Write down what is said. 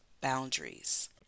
boundaries